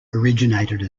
originated